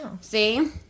See